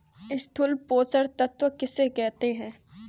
स्थूल पोषक तत्व किन्हें कहते हैं?